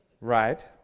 right